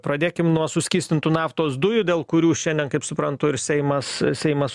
pradėkim nuo suskystintų naftos dujų dėl kurių šiandien kaip suprantu ir seimas seimas